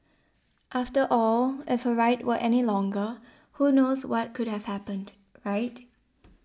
after all if her ride were any longer who knows what could have happened right